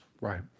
Right